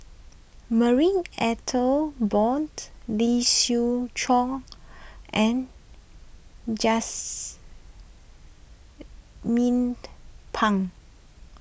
Marie Ethel Bong Lee Siew Choh and Pang